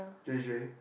J_J